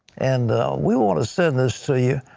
and we want to send this to you,